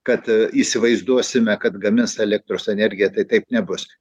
kad įsivaizduosime kad gamins elektros energiją tai taip nebus